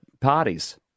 parties